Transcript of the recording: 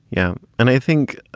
yeah. and i think,